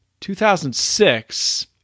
2006